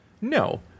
No